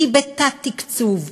היא בתת-תקצוב.